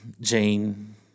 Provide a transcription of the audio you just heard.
Jane